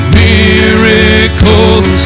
miracles